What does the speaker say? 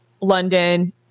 london